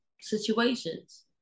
situations